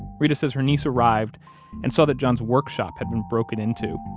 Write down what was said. reta says her niece arrived and saw that john's workshop had been broken into,